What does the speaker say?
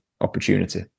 opportunity